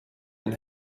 and